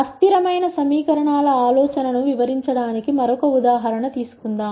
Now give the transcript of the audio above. అస్థిరమైన సమీకరణాల ఆలోచనను వివరించడానికి మరొక ఉదాహరణ తీసుకుందాం